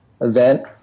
event